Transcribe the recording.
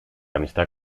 amistad